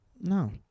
No